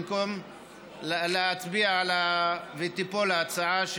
במקום להצביע ותיפול ההצעה,